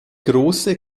große